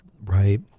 Right